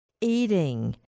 eating